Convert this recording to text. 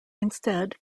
instead